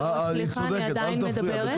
סליחה, אני עדיין מדברת.